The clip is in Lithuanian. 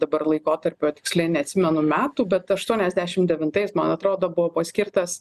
dabar laikotarpio tiksliai neatsimenu metų bet aštuoniasdešim devintais man atrodo buvo paskirtas